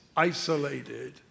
Isolated